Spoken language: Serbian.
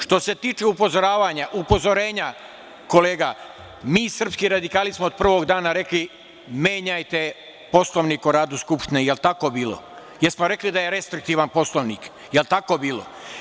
Što se tiče upozorenja, kolega, mi srpski radikali smo od prvog dana rekli, menjajte Poslovnik o radu Skupštine, jel tako bilo, jel smo rekli da je restriktivan Poslovnik, jel tako bilo?